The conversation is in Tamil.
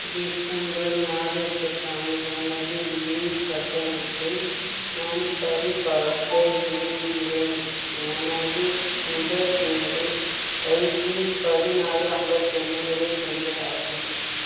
டிசம்பர் மாதத்திற்கான எனது நீர் கட்டணத்தை நான் சரிபார்க்க விரும்புகிறேன் எனது நுகர்வோரு ஐடி பதினாலு ஐம்பத்தி ஒன்று எழுவத்தஞ்சி ஆகும்